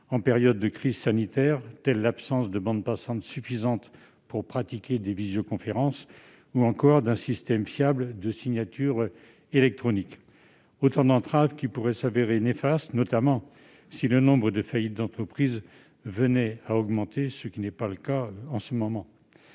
en période de crise sanitaire. Je pense à l'absence de bande passante suffisante pour pratiquer des visioconférences ou d'un système fiable de signature électronique : autant d'entraves qui pourraient se révéler néfastes, notamment si le nombre de faillites d'entreprises venait à augmenter, ce qui n'est pas le cas en ce moment.